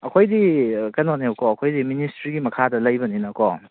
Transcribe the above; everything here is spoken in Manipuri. ꯑꯩꯈꯣꯏꯗꯤ ꯀꯩꯅꯣꯅꯦꯕꯀꯣ ꯑꯩꯈꯣꯏꯗꯤ ꯃꯤꯅꯤꯁꯇ꯭ꯔꯤꯒꯤ ꯃꯈꯥꯗ ꯂꯩꯕꯅꯤꯅꯀꯣ